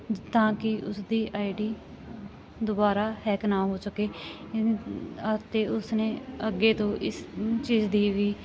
ਜਿੱਦਾਂ ਕਿ ਉਸਦੀ ਆਈ ਡੀ ਦੁਬਾਰਾ ਹੈਕ ਨਾ ਹੋ ਸਕੇ ਅਤੇ ਉਸਨੇ ਅੱਗੇ ਤੋਂ ਇਸ ਚੀਜ਼ ਦੀ ਵੀ